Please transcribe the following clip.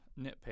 nitpick